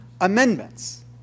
amendments